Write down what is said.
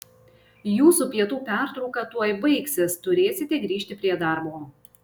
jūsų pietų pertrauka tuoj baigsis turėsite grįžti prie darbo